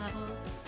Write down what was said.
levels